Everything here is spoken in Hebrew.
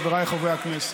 חבריי חברי הכנסת,